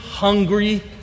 hungry